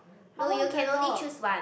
I want the dog